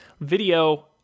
Video